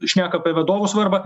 šneka apie vadovų svarbą